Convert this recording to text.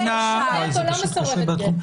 מסורבת גט או לא מסורבת גט?